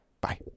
Bye